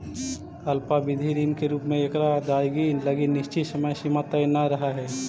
अल्पावधि ऋण के रूप में एकर अदायगी लगी निश्चित समय सीमा तय न रहऽ हइ